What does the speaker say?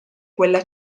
quella